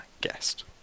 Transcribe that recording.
guest